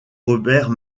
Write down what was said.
robert